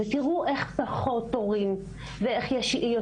תוכנית סדורה גם בקהילה וגם בבתי